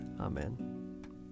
Amen